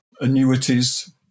annuities